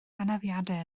anafiadau